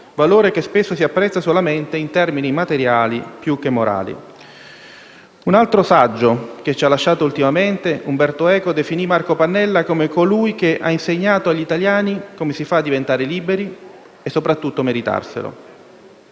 valore che spesso si apprezza solamente in termini materiali più che morali. Un altro saggio che ci ha lasciato ultimamente, ovvero Umberto Eco, definì Marco Pannella come colui che «ha insegnato agli italiani come si fa a diventare liberi, e soprattutto a meritarselo».